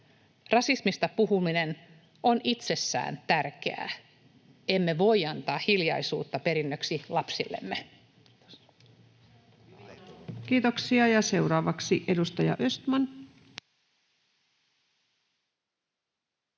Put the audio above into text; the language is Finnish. Rasismista puhuminen on itsessään tärkeää. Emme voi antaa hiljaisuutta perinnöksi lapsillemme. [Speech 174] Speaker: Ensimmäinen